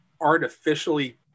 artificially